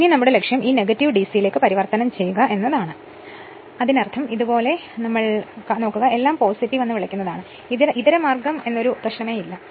ഇപ്പോൾ നമ്മുടെ ലക്ഷ്യം ഈ നെഗറ്റീവ് ഡിസി യിലേക്ക് പരിവർത്തനം ചെയ്യുക എന്നതാണ് അതിനർത്ഥം ഇതുപോലെയാണ് ചെയ്യുന്നതെങ്കിൽ എല്ലാം നിങ്ങൾ പോസിറ്റീവ് എന്ന് വിളിക്കുന്നതാണ് അതിനാൽ ഇതരമാർഗം എന്നൊരു പ്രശ്നമില്ല